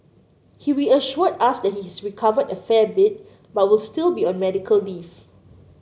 he reassured us that he has recovered a fair bit but will still be on medical leave